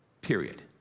Period